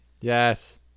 Yes